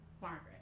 Margaret